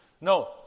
No